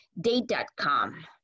Date.com